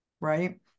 Right